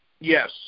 Yes